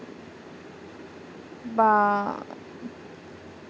বা